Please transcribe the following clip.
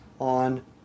on